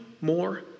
more